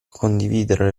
condividere